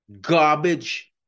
garbage